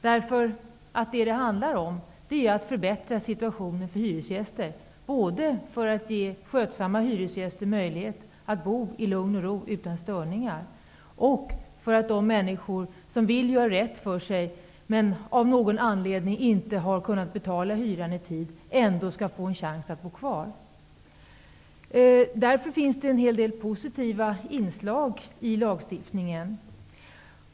Vad det handlar är en förbättring av situationen för hyresgäster både för att skötsamma hyresgäster skall få möjlighet att bo i lugn och ro utan störningar och för att de människor som vill göra rätt för sig men som av någon anledning inte har kunnat betala sin hyra i tid ändå skall få en chans att bo kvar. Därför finns det en hel del positiva inslag i lagstiftningen.